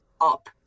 up